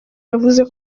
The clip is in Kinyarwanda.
yavuze